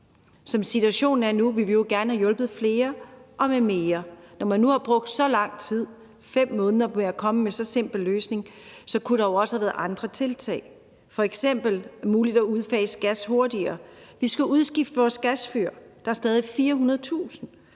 Som situationen er nu, ville vi jo gerne have hjulpet flere og med mere. Når man nu har brugt så lang tid, 5 måneder, på at komme med så simpel en løsning, så kunne der jo også have været andre tiltag, f.eks. en mulighed for at udfase gas hurtigere. Vi skal udskifte vores gasfyr. Der er stadig 400.000.